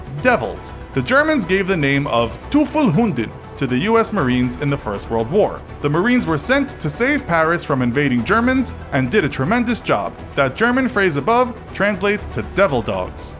devils the germans gave the name of teufel hunden to the u s. marines in the first world war. the marines were sent to save paris from invading germans and did a tremendous job. that german phrase above translates to devil dogs.